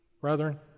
Brethren